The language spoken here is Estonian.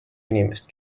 inimest